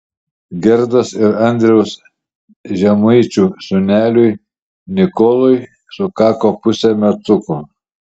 gerdos ir andriaus žemaičių sūneliui nikolui sukako pusė metukų